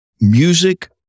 music